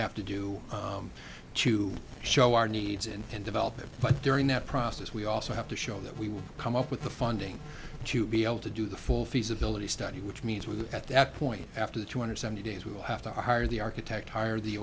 have to do to show our needs and then develop it but during that process we also have to show that we will come up with the funding to be able to do the full feasibility study which means with at that point after the two hundred seventy days we will have to hire the architect hire the